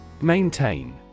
Maintain